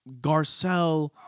Garcelle